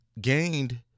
gained